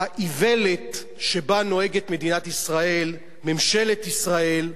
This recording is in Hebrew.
האיוולת שבה נוהגת מדינת ישראל, ממשלת ישראל,